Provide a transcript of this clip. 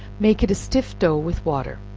make it a stiff dough with water,